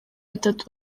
bitatu